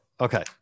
Okay